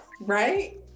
right